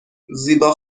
زیبا